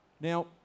Now